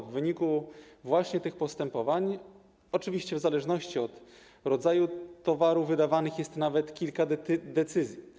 W wyniku właśnie tych postępowań, oczywiście w zależności od rodzaju towaru, wydawanych jest nawet kilka decyzji.